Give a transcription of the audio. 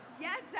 Yes